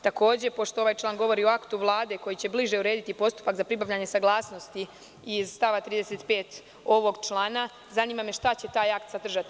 Takođe, pošto ovaj član govori o aktu Vlade koji će bliže urediti postupak za pribavljanje saglasnosti iz stava 35. ovog člana, zanima me šta će taj akt sadržati.